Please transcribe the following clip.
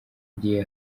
gihe